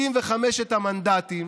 65 המנדטים,